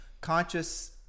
conscious